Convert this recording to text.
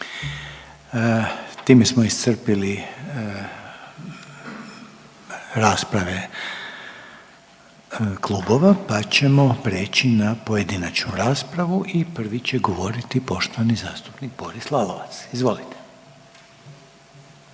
Time smo iscrpili rasprave klubova, pa ćemo preći na pojedinačnu raspravu i prvi će govoriti poštovani zastupnik Boris Lalovac, izvolite.